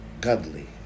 godly